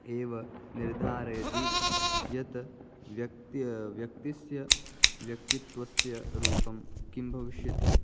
एव निर्धारयति यत् व्यक्तेः व्यक्तिस्य व्यक्तित्वस्य रूपं किं भविष्यति